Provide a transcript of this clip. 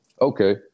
Okay